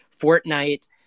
Fortnite